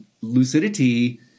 lucidity